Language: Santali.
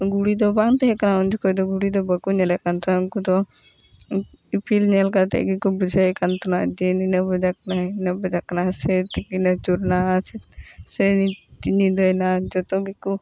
ᱜᱷᱩᱲᱤ ᱫᱚ ᱵᱟᱝ ᱛᱟᱦᱮᱸ ᱠᱟᱱᱟ ᱩᱱᱡᱩᱠᱷᱟᱹᱡ ᱫᱚ ᱜᱷᱩᱲᱤ ᱫᱚ ᱵᱟᱠᱚ ᱧᱮᱞᱮᱫ ᱠᱟᱱ ᱛᱟᱦᱮᱱ ᱩᱱᱠᱩ ᱫᱚ ᱤᱯᱤᱞ ᱧᱮᱞ ᱠᱟᱛᱮ ᱜᱮᱠᱚ ᱵᱩᱡᱷᱟᱹᱣᱮᱫ ᱠᱟᱱ ᱛᱟᱦᱮᱱᱟ ᱡᱮ ᱱᱤᱱᱟᱹᱜ ᱵᱟᱡᱟᱜ ᱠᱟᱱᱟ ᱦᱤᱱᱟᱹᱜ ᱵᱟᱡᱟᱜ ᱠᱟᱱᱟ ᱥᱮ ᱛᱤᱠᱤᱱᱮ ᱟᱹᱪᱩᱨᱮᱱᱟ ᱥᱮ ᱱᱤᱛ ᱧᱤᱫᱟᱹᱭᱮᱱᱟ ᱡᱚᱛᱚ ᱜᱮᱠᱚ